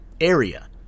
area